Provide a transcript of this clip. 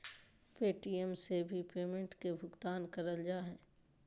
Paytm से भी payment के भुगतान करल जा हय